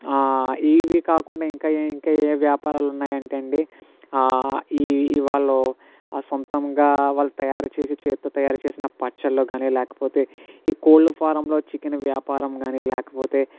ఇవి కాకుండా ఇంకా ఏ ఇంకా ఏ వ్యాపారాలున్నాయంటే అండి ఈ ఇ వాళ్ళు సొంతంగా వాళ్ళు తయారు చేసే చేత్తో తయారు చేసిన పచ్చళ్ళు కానీ లేకపోతే ఈ కోళ్ళ ఫారంలో చికెన్ వ్యాపారంగాని లేకపోతే